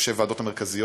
ראשי הוועדות המרכזיות,